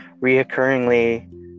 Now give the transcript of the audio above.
reoccurringly